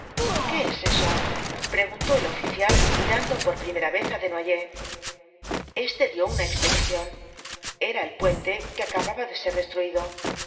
qué es eso preguntó el oficial mirando por primera vez á desnoyers este dio una explicación era el puente que acababa de ser destruido